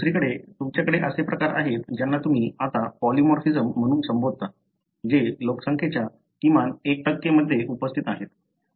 दुसरीकडे तुमच्याकडे असे प्रकार आहेत ज्यांना तुम्ही आता पॉलिमॉर्फिझम म्हणून संबोधता जे लोकसंख्येच्या किमान 1 मध्ये उपस्थित आहेत